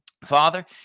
Father